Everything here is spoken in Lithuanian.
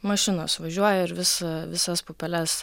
mašinos važiuoja ir visa visas pupeles